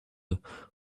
but